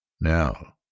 Now